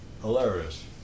Hilarious